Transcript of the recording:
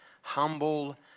humble